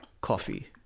coffee